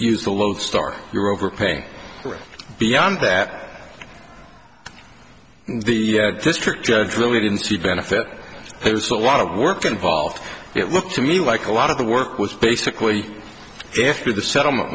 use the lodestar you're overpaying for it beyond that the district judge really didn't see benefit there's a lot of work involved it looks to me like a lot of the work was basically if the settlement